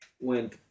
went